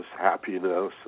happiness